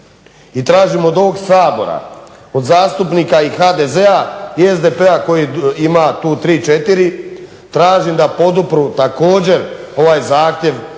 tražim od ovog Sabora i zastupnika i HDZ-a i SDP-a koji ima tu tri, četiri, tražim da podupru također ovaj zahtjev